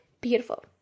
beautiful